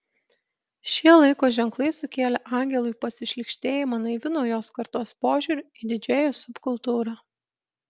šie laiko ženklai sukėlė angelui pasišlykštėjimą naiviu naujos kartos požiūriu į didžėjų subkultūrą